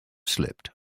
slipped